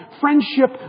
friendship